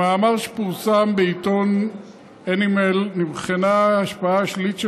במאמר שפורסם בעיתון Animal נבחנה ההשפעה השלילית של